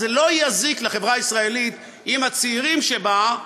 אז לא יזיק לחברה הישראלית אם הצעירים שבה,